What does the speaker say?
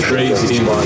Crazy